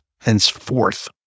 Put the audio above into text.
henceforth